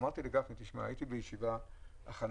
אמרתי לגפני, תשמע, בישיבת ההכנה